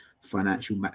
financial